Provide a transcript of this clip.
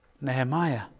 Nehemiah